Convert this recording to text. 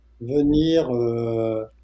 venir